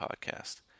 podcast